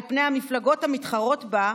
על פני המפלגות המתחרות בה,